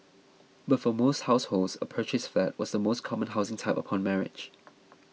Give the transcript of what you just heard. but for most households a purchased flat was the most common housing type upon marriage